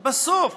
בסוף,